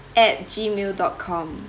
at gmail dot com